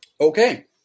Okay